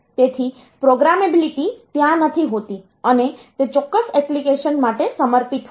તેથી પ્રોગ્રામેબિલિટી ત્યાં નથી હોતી અને તે ચોક્કસ એપ્લિકેશન માટે સમર્પિત હોય છે